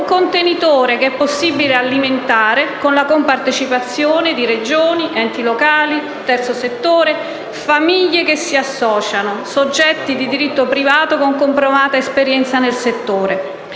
un contenitore che è possibile alimentare con la compartecipazione, delle Regioni, degli enti locali, degli enti del terzo settore, di famiglie che si associano, di soggetti di diritto privato con comprovata esperienza nel settore